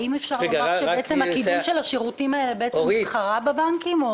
האם אפשר לומר שקידום השירותים האלה התחרה בבנקים?